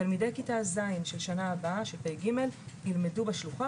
תלמידי כיתה ז' של שנה הבאה ילמדו בשלוחה,